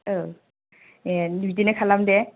औ ए बिदिनो खालाम दे